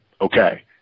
okay